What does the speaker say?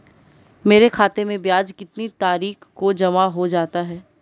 मेरे खाते में ब्याज कितनी तारीख को जमा हो जाता है?